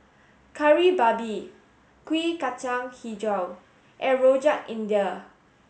Kari Babi Kuih Kacang Hijau and Rojak India